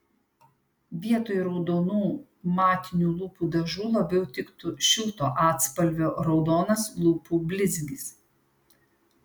vietoj raudonų matinių lūpų dažų labiau tiktų šilto atspalvio raudonas lūpų blizgis